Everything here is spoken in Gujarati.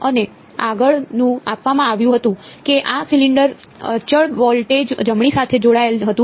અને આગળ શું આપવામાં આવ્યું હતું કે આ સિલિન્ડર અચળ વોલ્ટેજ જમણી સાથે જોડાયેલ હતું